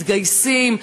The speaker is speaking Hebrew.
מתגייסים,